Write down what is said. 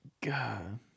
God